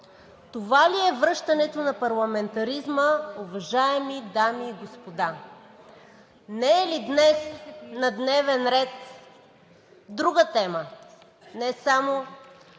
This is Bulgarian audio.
Това ли е връщането на парламентаризма, уважаеми дами и господа? Не е ли днес на дневен ред друга тема – не само